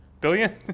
Billion